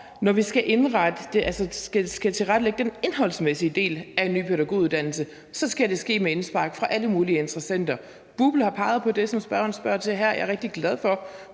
Når vi skal tilrettelægge den indholdsmæssige del af en ny pædagoguddannelse, skal det ske med indspark fra alle mulige interessenter. BUPL har peget på det, som spørgeren spørger til her. Jeg er rigtig glad for,